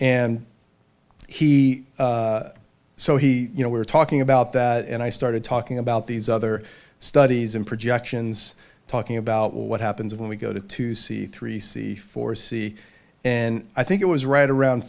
and he so he you know we were talking about that and i started talking about these other studies and projections talking about what happens when we go to to see three c four c and i think it was right around